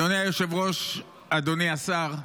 אדוני היושב-ראש, אדוני השר,